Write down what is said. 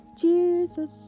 Jesus